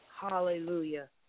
Hallelujah